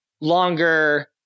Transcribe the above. longer